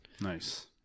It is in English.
Nice